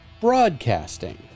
broadcasting